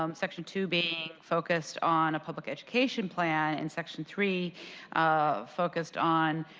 um section two being focused on a public education plan and section three um focused on